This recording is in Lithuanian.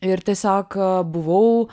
ir tiesiog buvau